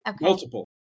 Multiple